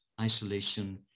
isolation